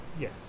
Yes